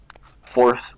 force